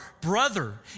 brother